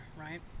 right